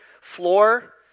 floor